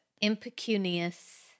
Impecunious